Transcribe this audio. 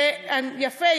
שיפה,